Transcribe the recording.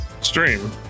stream